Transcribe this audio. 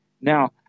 Now